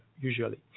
usually